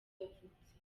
yavutse